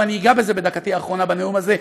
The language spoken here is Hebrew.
ואני אגע בזה בדקתי האחרונה בנאום הזה,